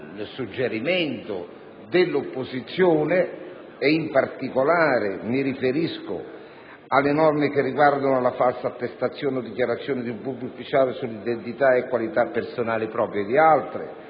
su suggerimento dell'opposizione. Mi riferisco, in particolare, alle norme che riguardano la falsa attestazione o dichiarazione di un pubblico ufficiale sull'identità e qualità personale proprie e di altri,